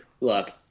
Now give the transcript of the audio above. Look